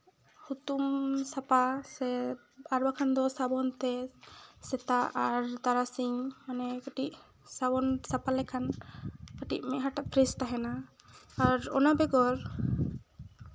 ᱦᱩᱛᱩᱢ ᱥᱟᱯᱷᱟ ᱥᱮ ᱟᱨ ᱵᱟᱠᱷᱟᱱ ᱫᱚ ᱥᱟᱵᱚᱱ ᱛᱮ ᱥᱮᱛᱟᱜ ᱟᱨ ᱛᱟᱨᱟᱥᱤᱧ ᱢᱟᱱᱮ ᱠᱟᱹᱴᱤᱡ ᱥᱟᱵᱚᱱ ᱥᱟᱯᱷᱟ ᱞᱮᱠᱷᱟᱱ ᱠᱟᱹᱴᱤᱡ ᱢᱮᱫᱦᱟᱴᱟᱜ ᱯᱷᱨᱮᱥ ᱛᱟᱦᱮᱱᱟ ᱟᱨ ᱚᱱᱟ ᱵᱮᱜᱚᱨ